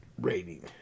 rating